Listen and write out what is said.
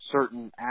certain